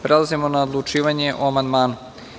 Prelazimo na odlučivanje o amandmanima.